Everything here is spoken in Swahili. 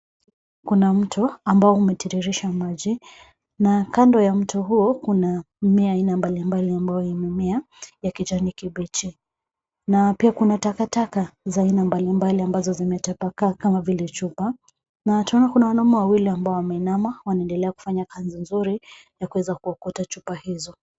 Kuna mto ambao umetiririsha maji na kando ya mto huo kuna mmea aina mbalimbali ambayo yamemea ya kijani kibichi na ia kuna takataka za aina mbali mbali ambazo zimetapakaa kama vile chupa na tunanona kuna wanaume wawili ambao wameinama wanaendelea kufanya kazi nzuri ya kuweza kuokota chupa hizo.